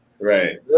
Right